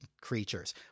creatures